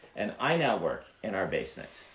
and i now work in our basement.